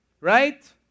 Right